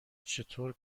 چطور